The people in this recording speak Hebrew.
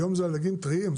היום זה הדגים טריים,